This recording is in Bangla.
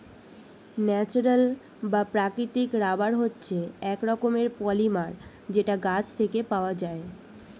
ন্যাচারাল বা প্রাকৃতিক রাবার হচ্ছে এক রকমের পলিমার যেটা গাছ থেকে পাওয়া যায়